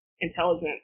intelligent